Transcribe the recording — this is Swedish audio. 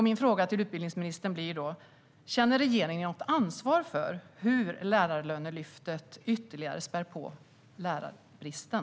Min fråga till utbildningsministern blir: Känner regeringen något ansvar för hur Lärarlönelyftet ytterligare spär på lärarbristen?